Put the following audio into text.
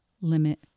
limit